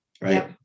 right